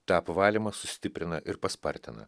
tapo valymą sustiprina ir paspartina